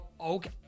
Okay